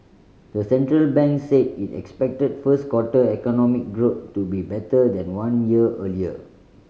the central bank said it expected first quarter economic growth to be better than one year earlier